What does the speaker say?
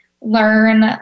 learn